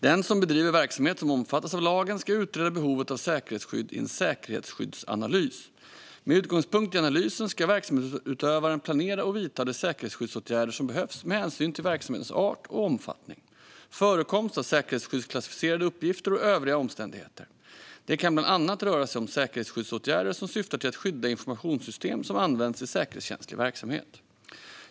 Den som bedriver verksamhet som omfattas av lagen ska utreda behovet av säkerhetsskydd i en säkerhetsskyddsanalys. Med utgångspunkt i analysen ska verksamhetsutövaren planera och vidta de säkerhetsskyddsåtgärder som behövs med hänsyn till verksamhetens art och omfattning, förekomst av säkerhetsskyddsklassificerade uppgifter och övriga omständigheter. Det kan bland annat röra sig om säkerhetsskyddsåtgärder som syftar till att skydda informationssystem som används i säkerhetskänslig verksamhet.